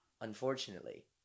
Unfortunately